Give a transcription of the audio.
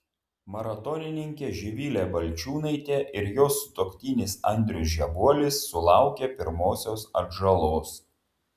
maratonininkė živilė balčiūnaitė ir jos sutuoktinis andrius žebuolis sulaukė pirmosios atžalos